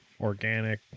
organic